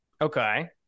Okay